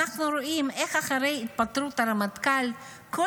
אנחנו רואים איך אחרי התפטרות הרמטכ"ל כל